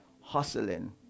hustling